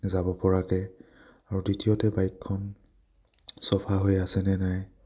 যাব পৰাকৈ আৰু দ্বিতীয়তে বাইকখন চফা হৈ আছেনে নাই